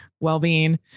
well-being